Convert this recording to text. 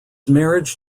marriage